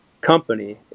company